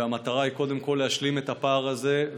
והמטרה היא קודם כול להשלים את הפער הזה,